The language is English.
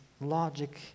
logic